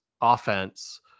offense